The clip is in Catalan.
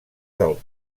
del